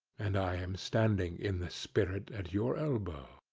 and i am standing in the spirit at your elbow.